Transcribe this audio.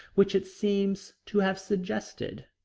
which it seems to have suggested.